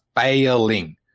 failing